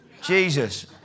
Jesus